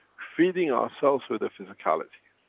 feeding ourselves with the physicality,